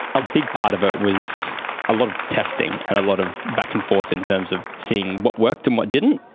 a big part of it was a lot of testing and a lot of back and forth in terms of seeing what worked and what didn't.